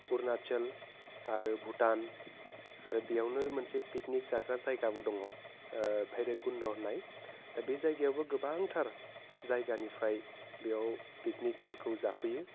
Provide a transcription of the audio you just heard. अरणाचल आरो भुटान आरो बेयावनो मोनसे पिकनिक जाग्रा जायगाबो दङ भैरब कन्द' होन्नाय दा बे जायगायावबो गोबांथार जायगानिफ्राय बेयाव पिकनिकफोरखौ जाफैयो